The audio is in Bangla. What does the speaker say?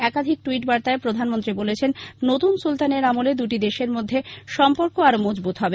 একাধিক ট্যুইট বার্তায় প্রধানমন্ত্রী বলেছেন নতুন সুলতানের আমলে দটি দেশের মধ্যে সম্পর্ক আরো মজবুত হবে